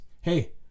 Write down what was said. hey